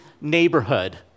neighborhood